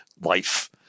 life